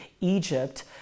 Egypt